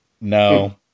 no